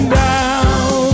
down